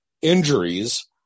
injuries